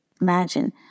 Imagine